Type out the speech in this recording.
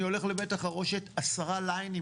אני הולך לבית החרושת, 10 ליינים